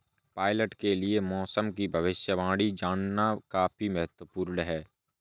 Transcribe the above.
pilot के लिए मौसम की भविष्यवाणी जानना काफी महत्त्वपूर्ण है